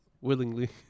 willingly